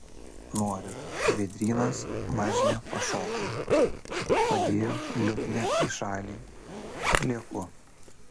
noriu vėdrynas mažne pašoko padėjo liutnią į šalį ir lieku